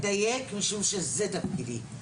אני רוצה ברשותך לדייק משום שזה תפקידי.